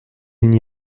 n’y